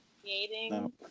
Creating